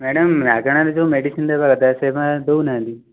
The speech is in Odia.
ମ୍ୟାଡ଼ମ ମାଗଣାରେ ଯେଉଁ ମେଡିସିନ ଦେବା କଥା ସେମାନେ ଦେଉନାହାନ୍ତି